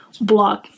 blog